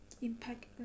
impact